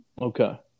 Okay